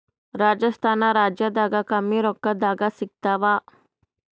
ರಾಜಸ್ಥಾನ ರಾಜ್ಯದಾಗ ಕಮ್ಮಿ ರೊಕ್ಕದಾಗ ಸಿಗತ್ತಾವಾ?